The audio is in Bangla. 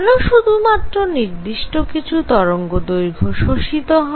কেন শুধুমাত্র নির্দিষ্ট কিছু তরঙ্গদৈর্ঘ্য শোষিত হয়